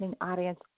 audience